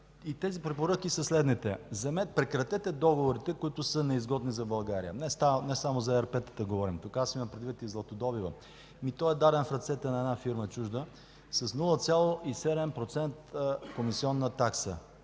Тези препоръки са следните: Прекратете договорите, които са неизгодни за България – не само за ЕРП-тата говорим тук. Имам предвид и златодобива. Ами той е даден в ръцете на една чужда фирма с 0,7% комисионна такса.